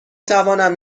توانم